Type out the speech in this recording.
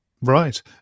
Right